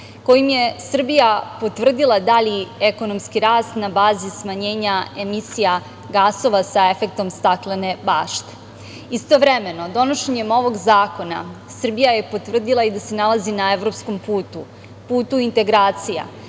kojim se Srbija potvrdila dalji ekonomski rast na bazi smanjenja emisija gasova sa efektom staklene bašte. Istovremeno donošenje ovog zakona Srbija je potvrdila i da se nalazi na evropskom putu, putu integracija